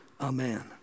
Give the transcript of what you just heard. Amen